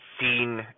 seen